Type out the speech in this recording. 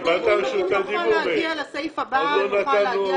נגיע לתקנה הבאה.